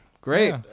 Great